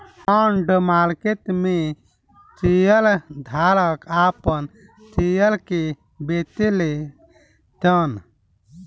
bond market में share धारक आपन शेयर के बेचेले सन